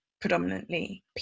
predominantly